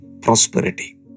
prosperity